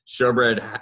showbread